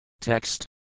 Text